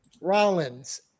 Rollins